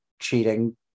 cheating